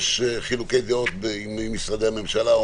יש חילוקי דעות עם משרדי הממשלה.